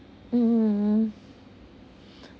mm